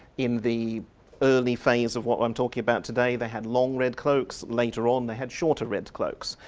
in the early phase of what i'm talking about today they had long red cloaks, later on they had shorter red cloaks,